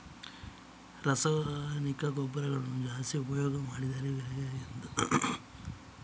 ರಾಸಾಯನಿಕ ಗೊಬ್ಬರಗಳನ್ನು ಜಾಸ್ತಿ ಉಪಯೋಗ ಮಾಡಿದರೆ ಬೆಳೆಗಳಿಗೆ ಎಂತ ಎಲ್ಲಾ ತೊಂದ್ರೆ ಆಗ್ತದೆ?